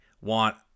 want